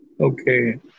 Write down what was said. Okay